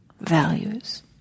values